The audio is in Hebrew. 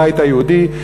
הבית היהודי.